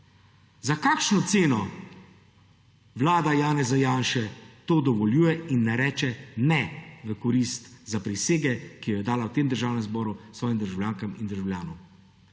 Za kakšno ceno vlada Janeza Janše to dovoljuje in ne reče ne v korist zaprisege, ki jo je dala v Državnem zboru svojim državljankam in državljanom?